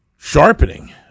sharpening